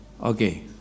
okay